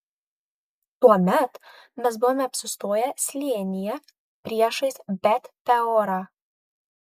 tuomet mes buvome apsistoję slėnyje priešais bet peorą